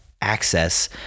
access